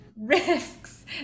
risks